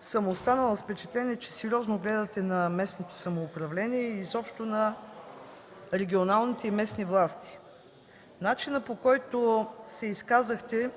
съм останала с впечатление, че сериозно гледате на местното самоуправление и изобщо на регионалните и местни власти. С начина, по който се изказахте,